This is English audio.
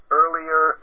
earlier